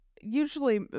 usually